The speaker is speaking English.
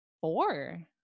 four